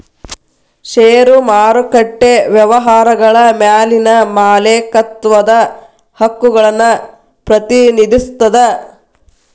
ಷೇರು ಮಾರುಕಟ್ಟೆ ವ್ಯವಹಾರಗಳ ಮ್ಯಾಲಿನ ಮಾಲೇಕತ್ವದ ಹಕ್ಕುಗಳನ್ನ ಪ್ರತಿನಿಧಿಸ್ತದ